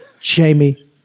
Jamie